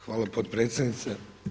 Hvala potpredsjednice.